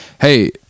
Hey